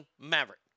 Maverick